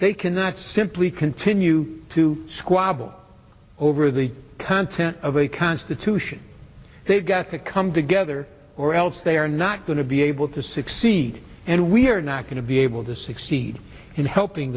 they cannot simply continue to squabble over the content of a constitution they've got to come together or else they are not going to be able to succeed and we are not going to be able to succeed in helping